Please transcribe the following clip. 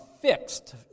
fixed